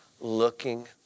looking